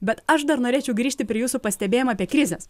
bet aš dar norėčiau grįžti prie jūsų pastebėjimo apie krizes